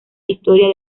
historia